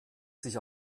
sich